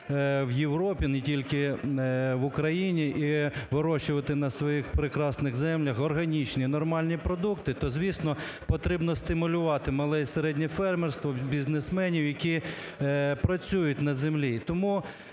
в Європі, не тільки в Україні, і вирощувати на своїх прекрасних землях органічні, нормальні продукти, то, звісно, потрібно стимулювати мале і середнє фермерство, бізнесменів, які працюють на землі.